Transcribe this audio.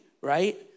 right